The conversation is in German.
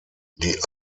die